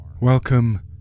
Welcome